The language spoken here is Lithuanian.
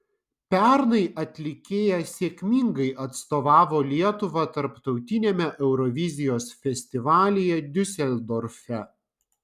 pernai atlikėja sėkmingai atstovavo lietuvą tarptautiniame eurovizijos festivalyje diuseldorfe